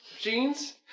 jeans